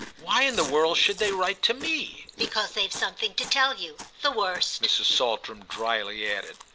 why in the world should they write to me? because they've something to tell you. the worst, mrs. saltram dryly added.